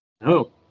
No